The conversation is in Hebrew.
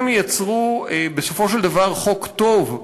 הם יצרו בסופו של דבר חוק טוב,